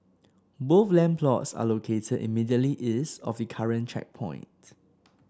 both land plots are located immediately east of the current checkpoint